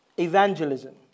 Evangelism